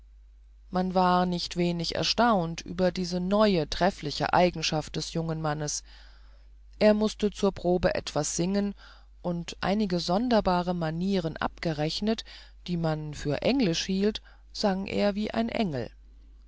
man war nicht wenig erstaunt über diese neue treffliche eigenschaft des jungen mannes er mußte zur probe etwas singen und einige sonderbare manieren abgerechnet die man für englisch hielt sang er wie ein engel